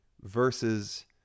versus